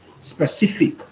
specific